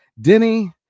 Denny